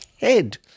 head